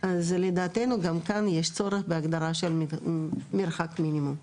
אז לדעתנו גם כאן יש צורך בהגדרה של מרחק מינימום.